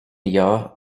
jahr